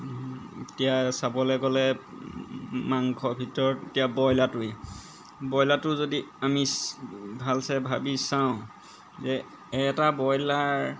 এতিয়া চাবলৈ গ'লে মাংসৰ ভিতৰত এতিয়া ব্ৰইলাৰটোৱেই ব্ৰইলাৰটো যদি আমি ভালছে ভাবি চাওঁ যে এটা ব্ৰইলাৰ